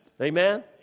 amen